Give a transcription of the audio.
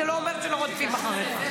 זה לא אומר שלא רודפים אחריך.